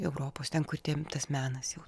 europos ten kur tie tas menas jau